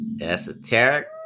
Esoteric